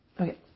Okay